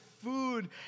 food